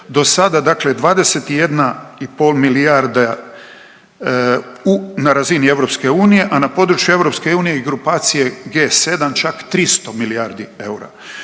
Dosada, dakle 21 i pol milijarda na razini EU, a na području EU i grupacije G7 čak 300 milijardi eura.